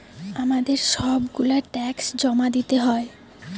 আমাদের সব গুলা ট্যাক্স জমা দিতে হয়